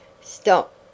Stop